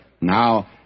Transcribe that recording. Now